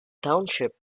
township